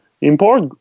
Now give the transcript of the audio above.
import